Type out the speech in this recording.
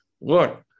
look